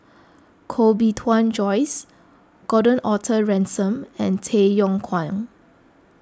Koh Bee Tuan Joyce Gordon Arthur Ransome and Tay Yong Kwang